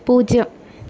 പൂജ്യം